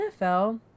NFL